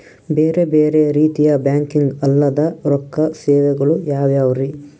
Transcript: ಬೇರೆ ಬೇರೆ ರೀತಿಯ ಬ್ಯಾಂಕಿಂಗ್ ಅಲ್ಲದ ರೊಕ್ಕ ಸೇವೆಗಳು ಯಾವ್ಯಾವ್ರಿ?